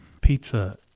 pizza